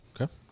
Okay